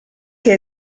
che